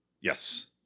Yes